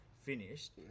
finished